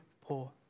poor